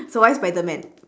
so why spiderman